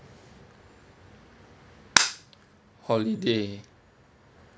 holiday